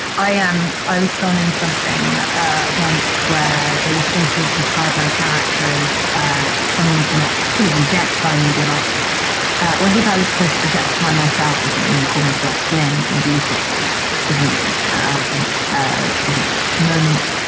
i am. i was filming something once where they were supposed to describe my character as ah someone was going to sort of objectify me. be like or think i was supposed to objectify myself or something and call myself slim and beautiful as an arrogant ah sort of moment.